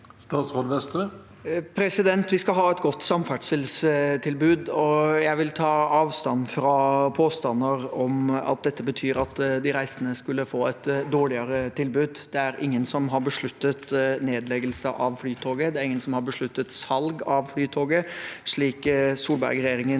Vi skal ha et godt samferdselstilbud, og jeg vil ta avstand fra påstander om at dette betyr at de reisende skulle få et dårligere tilbud. Det er ingen som har besluttet nedleggelse av Flytoget, og det er ingen som har besluttet salg av Flytoget, slik Solberg-regjeringen